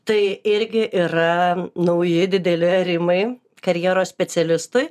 tai irgi yra nauji dideli arimai karjeros specialistui